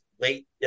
late